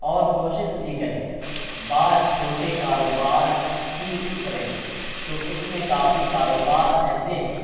اور کوشش بھی کرے بات چھوٹے کاروبار کی کریں تو اس میں کافی کاروبار ایسے ہیں